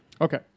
Okay